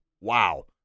Wow